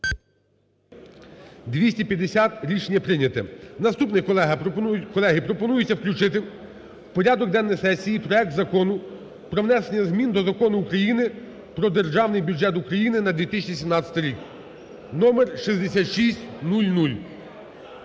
За-250 Рішення прийняте. Наступний, колеги, пропонується включити в порядок денний сесії проект Закону про внесення змін до Закону України "Про Державний бюджет України на 2017 рік" (№ 6600).